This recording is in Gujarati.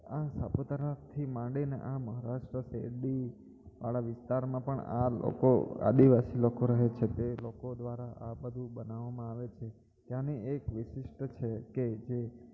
આ સાપુતારાથી માંડીને આ મહારાષ્ટ્ર શેરડી વાળા વિસ્તારમાં પણ આ લોકો આદિવાસી લોકો રહે છે તે લોકો દ્વારા આ બધું બનાવામાં આવે છે ત્યાંની એક વિશિષ્ટ છે કે જે